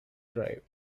drive